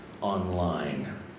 online